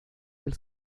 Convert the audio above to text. del